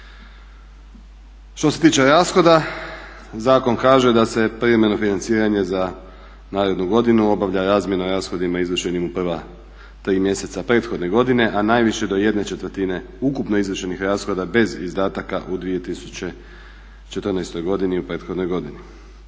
što se tiče rashoda zakon kaže da se … financiranje za narednu godinu obavlja razmjerno rashodima izvršenim u prva tri mjeseca prethodne godine, a najviše do jedne četvrtine ukupno izvršenih rashoda bez izdataka u 2014. godini u prethodnoj godini.